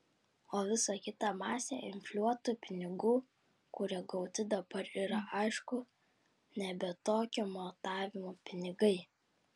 o visa kita masė infliuotų pinigų kurie gauti dabar yra aišku nebe tokio matavimo pinigai